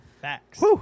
Facts